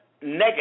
negative